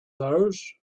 those